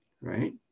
right